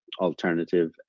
alternative